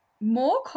More